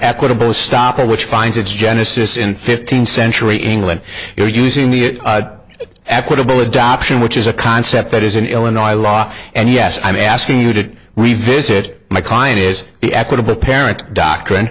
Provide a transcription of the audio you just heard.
equitable stopper which finds its genesis in fifteenth century england you're using the equitable adoption which is a concept that is an illinois law and yes i'm asking you to revisit my client is the equitable parent doctrine